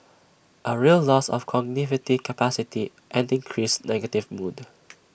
A real loss of capacity and increased negative mood